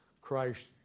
Christ